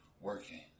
working